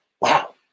Wow